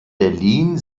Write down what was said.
berlin